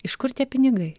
iš kur tie pinigai